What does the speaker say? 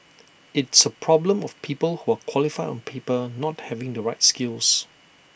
it's A problem of people who are qualified on paper not having the right skills